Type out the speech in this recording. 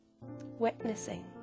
witnessing